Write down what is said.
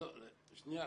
שנייה,